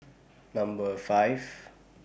Number five